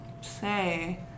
say